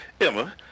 Emma